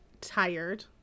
tired